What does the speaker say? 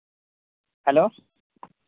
hello